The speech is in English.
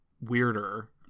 weirder